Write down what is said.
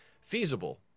feasible